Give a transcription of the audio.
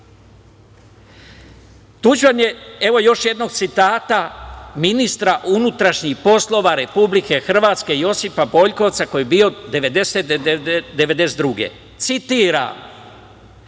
Tadiću? Evo još jednog citata, ministra unutrašnjih poslova Republike Hrvatske, Josipa Boljkovca, koji je bio 1990-1992.